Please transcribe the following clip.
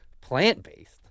Plant-based